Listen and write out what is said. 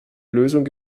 lösung